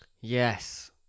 Yes